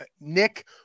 Nick